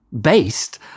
based